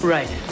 Right